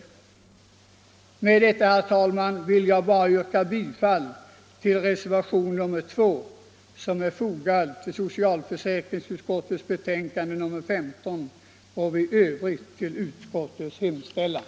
Med detta, herr talman, vill jag yrka bifall till reservation 2 som är fogad till socialförsäkringsutskottets betänkande nr 15 och i övrigt till utskottets hemställan.